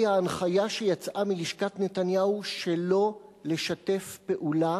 ההנחיה שיצאה מלשכת נתניהו שלא לשתף פעולה